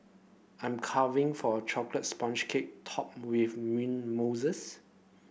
I'm caving for a chocolate sponge cake topped with mint mousses